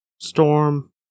Storm